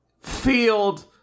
field